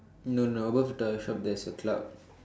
no no above the shop there's a cloud